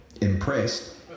Impressed